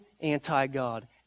anti-God